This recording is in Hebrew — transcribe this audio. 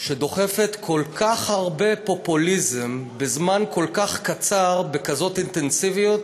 שדוחפת כל כך הרבה פופוליזם בזמן כל כך קצר בכזאת אינטנסיביות